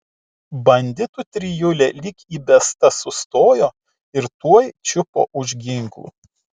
banditų trijulė lyg įbesta sustojo ir tuoj čiupo už ginklų